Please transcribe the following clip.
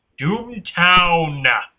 Doomtown